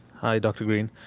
hi, dr. greene.